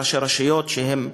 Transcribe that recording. ראשי רשויות שהם,